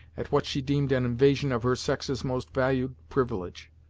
at what she deemed an invasion of her sex's most valued privilege.